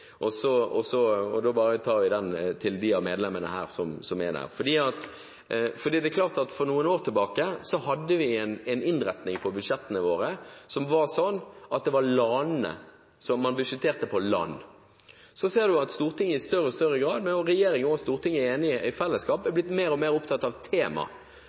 og nå bare sier jeg det til de av medlemmene som er her. For noen år tilbake hadde vi en innretning på budsjettene våre som var slik at man budsjetterte på land. Så ser en at Stortinget – regjeringen og Stortinget i fellesskap – i større og større grad er blitt mer og mer opptatt av tema. Klima- og skogprosjektet ligger der, en satsing på fornybar energi ligger der, og flere representanter i Stortinget har i